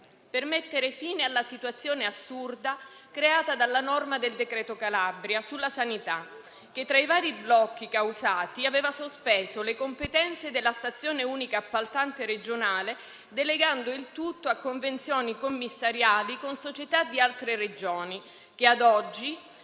per mettere fine alla situazione assurda creata dalla norma del decreto Calabria sulla sanità che, tra i vari blocchi causati, aveva sospeso le competenze della stazione unica appaltante regionale, delegando il tutto a convenzioni commissariali con società di altre Regioni, che ad oggi